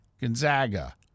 Gonzaga